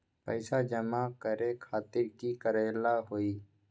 पैसा जमा करे खातीर की करेला होई?